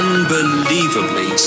Unbelievably